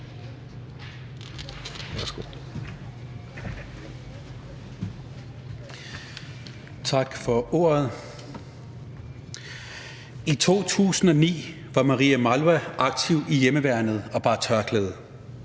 I 2009 var Maria Mawla aktiv i hjemmeværnet og bar tørklæde.